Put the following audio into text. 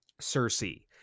Cersei